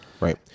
right